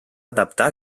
adaptar